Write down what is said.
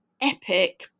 epic